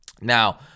now